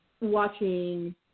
watching